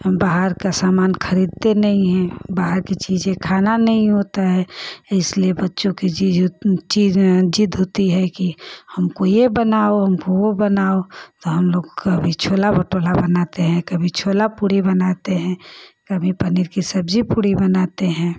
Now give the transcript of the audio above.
हम बाहर का सामान खरीदते नहीं हैं बाहर की चीज़ें खानी नहीं होती हैं इसलिए बच्चों की ची चीज़ें ज़िद होती है कि हमको यह बनाओ हमको वह बनाओ तो हमलोग कभी छोला भटूरा बनाते हैं कभी छोला पूड़ी बनाते हैं कभी पनीर की सब्ज़ी पूड़ी बनाते हैं